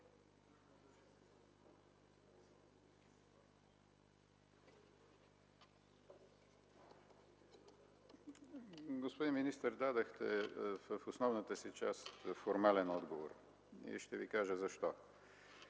Господин министър, дадохте в основната си част формален отговор. Ще Ви кажа защо.